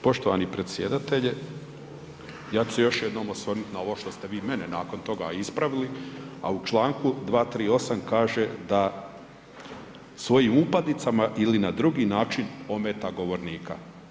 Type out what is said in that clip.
Poštovani presjedatelje, ja ću se još jednom osvrnut na ovo što ste vi mene nakon toga ispravili, a u Članku 238. kaže da svojim upadicama ili na drugi način ometa govornika.